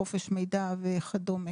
חופש מידע וכדומה.